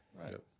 Right